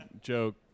joke